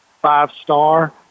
five-star